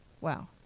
Wow